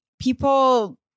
People